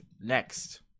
next